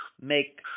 make